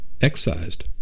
excised